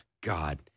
God